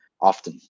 often